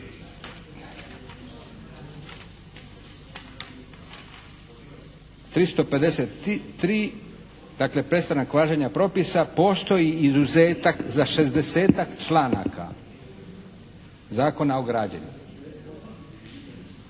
353. dakle prestanak važenja propisa postoji izuzetak za 60-tak članaka Zakona o građenju.